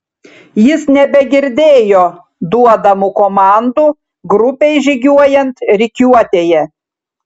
jis nebegirdėjo duodamų komandų grupei žygiuojant rikiuotėje